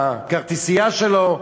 הכרטיסייה שלו,